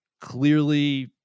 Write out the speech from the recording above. clearly